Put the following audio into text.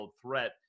threat